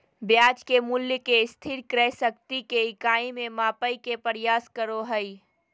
ब्याज के मूल्य के स्थिर क्रय शक्ति के इकाई में मापय के प्रयास करो हइ